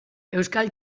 euskal